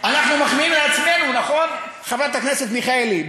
אנחנו מחמיאים לעצמנו, נכון, חברת הכנסת מיכאלי?